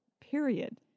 period